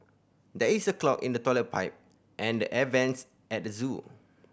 there is a clog in the toilet pipe and the air vents at the zoo